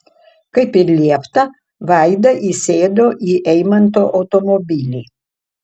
kaip ir liepta vaida įsėdo į eimanto automobilį